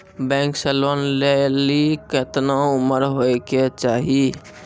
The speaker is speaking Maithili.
बैंक से लोन लेली केतना उम्र होय केचाही?